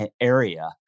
area